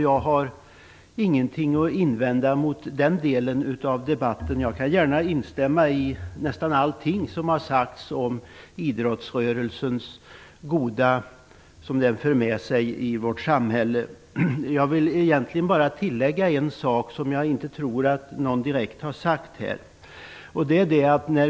Jag har ingenting att invända mot den debatten, utan jag kan gärna instämma i nästan allting som har sagts om det goda som idrottsrörelsen för med sig i vårt samhälle. Jag vill bara tillägga en sak som jag tror att inte någon direkt har sagt här.